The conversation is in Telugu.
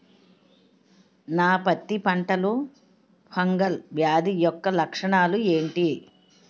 నా పత్తి పంటలో ఫంగల్ వ్యాధి యెక్క లక్షణాలు ఏంటి?